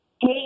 Hey